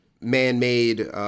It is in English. man-made